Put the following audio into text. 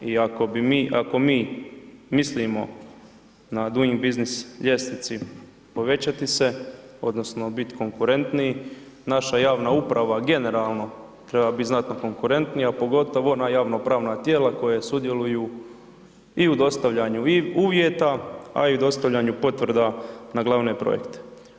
I ako bi mi, ako mi mislimo na doing business ljestvici povećati se odnosno bit konkurentniji, naša javna uprava generalno treba bit znatno konkurentnija, pogotovo ona javno-pravna tijela koja sudjeluju i u dostavljanju i uvjeta, a i dostavljanju potvrda na glavne projekte.